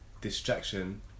distraction